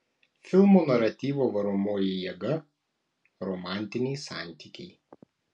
filmo naratyvo varomoji jėga romantiniai santykiai